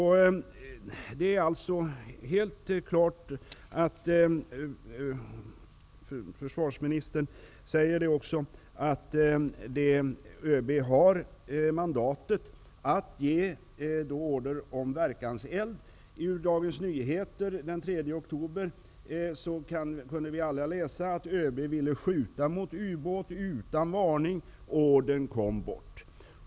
Helt klart är, vilket försvarsministern också säger, att ÖB har mandatet att ge order om verkanseld. I Dagens Nyheter den 3 oktober kunde vi alla läsa att ÖB ville skjuta mot ubåt utan varning. Den ordern kom bort.